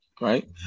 Right